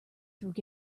through